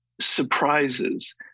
surprises